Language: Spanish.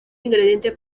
ingrediente